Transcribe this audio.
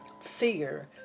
fear